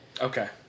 Okay